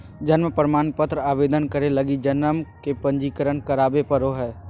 जन्म प्रमाण पत्र आवेदन करे लगी जन्म के पंजीकरण करावे पड़ो हइ